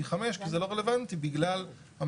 פי חמש - כי זה לא רלוונטי בגלל המסלול,